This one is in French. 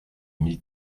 mille